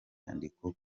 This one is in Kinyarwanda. nyandiko